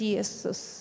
Jesus